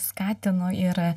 skatinu ir